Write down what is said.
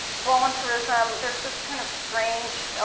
volunteerism, there's this kind of strange, ah